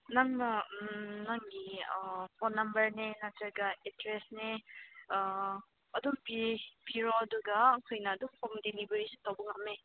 ꯅꯪꯅ ꯅꯪꯒꯤ ꯑꯥ ꯐꯣꯟ ꯅꯝꯕꯔꯅꯦ ꯅꯠꯇ꯭ꯔꯒ ꯑꯦꯗ꯭ꯔꯦꯁꯅꯦ ꯑꯗꯨꯝ ꯄꯤꯔꯣ ꯑꯗꯨꯒ ꯑꯩꯈꯣꯏꯅ ꯑꯗꯨꯝ ꯍꯣꯝ ꯗꯤꯂꯤꯕꯔꯤꯁꯨ ꯇꯧꯕ ꯉꯝꯃꯦ